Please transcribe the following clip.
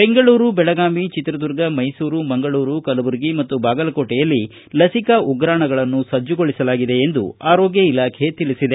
ಬೆಂಗಳೂರು ಬೆಳಗಾವಿ ಚಿತ್ರದುರ್ಗ ಮೈಸೂರು ಮಂಗಳೂರು ಕಲಬುರಗಿ ಮತ್ತು ಬಾಗಲಕೋಟೆಯಲ್ಲಿ ಲಸಿಕಾ ಉಗ್ರಾಣಗಳನ್ನು ಸಜ್ಜುಗೊಳಿಸಲಾಗಿದೆ ಎಂದು ಆರೋಗ್ಕ ಇಲಾಖೆ ತಿಳಿಸಿದೆ